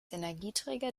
energieträger